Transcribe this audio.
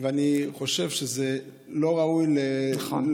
אני חושב שלא ראוי, נכון.